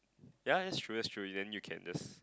ya that's true that's true then you can just